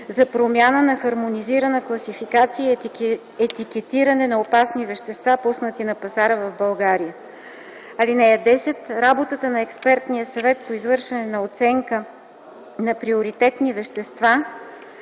за промяна на хармонизирана класификация и етикетиране на опасни вещества, пуснати на пазара в България. (10) Работата на експертния съвет по извършване на оценка на приоритетни вещества